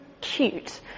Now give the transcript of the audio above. cute